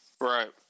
Right